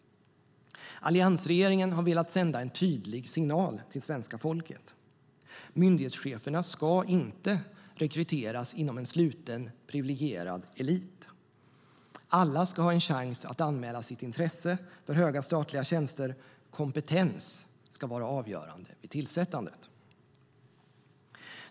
Alliansregeringen har velat sända en tydlig signal till svenska folket: Myndighetscheferna ska inte rekryteras inom en sluten, privilegierad elit. Alla ska ha en chans att anmäla sitt intresse för höga statliga tjänster. Kompetens ska vara avgörande vid tillsättandet.